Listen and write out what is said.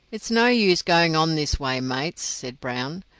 it's no use going on this way, mates, said brown.